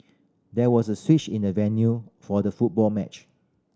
there was a switch in the venue for the football match